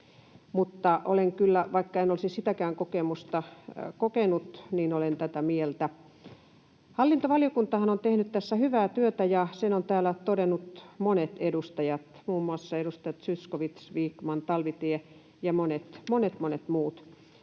kyllä, vaikka en olisi sitäkään kokemusta kokenut, tätä mieltä. Hallintovaliokuntahan on tehnyt tässä hyvää työtä, ja sen ovat täällä todenneet monet edustajat, muun muassa edustaja Zyskowicz, Vikman, Talvitie ja monet, monet